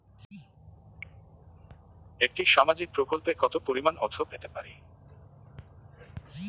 একটি সামাজিক প্রকল্পে কতো পরিমাণ অর্থ পেতে পারি?